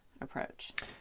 approach